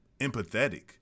empathetic